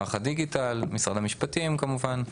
מערך הדיגיטל, משרד המשפטים כמובן.